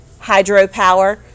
hydropower